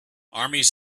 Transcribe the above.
armies